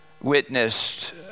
witnessed